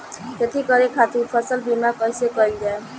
खेती करे के खातीर फसल बीमा कईसे कइल जाए?